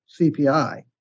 CPI